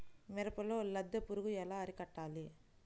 మిరపలో లద్దె పురుగు ఎలా అరికట్టాలి?